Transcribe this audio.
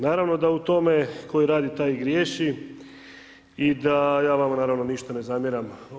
Naravno da u tome koji radi taj i griješi i da ja vama naravno ništa ne zamjeram.